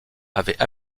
avaient